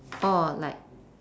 oh like